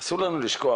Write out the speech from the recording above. אסור לנו לשכוח,